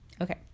okay